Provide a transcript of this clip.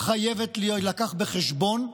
חייבת להילקח בחשבון,